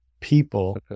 people